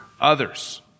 others